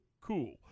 cool